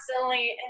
constantly